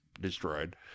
destroyed